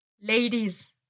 Ladies